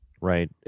Right